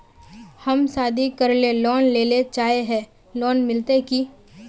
हम शादी करले लोन लेले चाहे है लोन मिलते की?